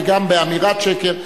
וגם באמירת "שקר".